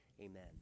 amen